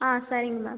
ஆ சரிங்க மேம்